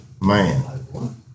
Man